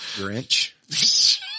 Grinch